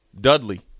Dudley